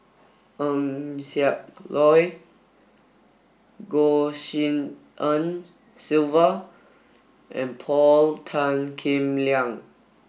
Eng Siak Loy Goh Tshin En Sylvia and Paul Tan Kim Liang